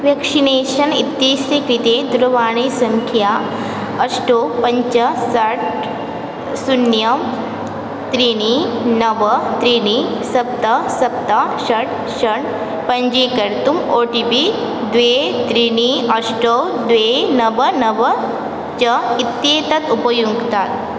vaccination इत्यस्य कृते दूरवाणीसङ्ख्या अष्ट पञ्च षड् शून्यं त्रीणि नव त्रीणि सप्त सप्त षड् षड् पञ्जीकर्तुम् ओ टि पि द्वे त्रीणि अष्ट द्वे नव नव च इत्येतत् उपयुङ्क्तात्